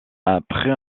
après